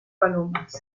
palomas